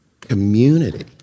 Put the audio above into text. community